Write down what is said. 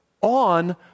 on